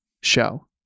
show